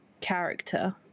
character